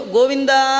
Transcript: Govinda